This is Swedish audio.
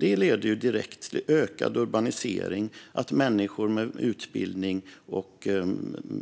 Det leder direkt till ökad urbanisering. Människor med utbildning och